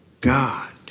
God